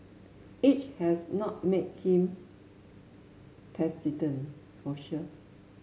age has not made him taciturn for sure